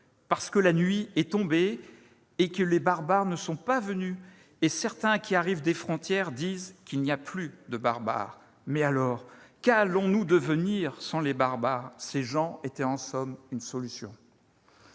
Parce que la nuit est tombée et que les Barbares ne sont pas venus « Et certains qui arrivent des frontières « Disent qu'il n'y a plus de Barbares. « Mais alors, qu'allons-nous devenir sans les Barbares ?« Ces gens étaient en somme une solution.